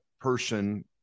person